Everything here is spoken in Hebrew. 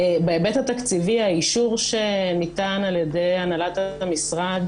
בהיבט התקציבי האישור שניתן על ידי הנהלת המשרד